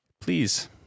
please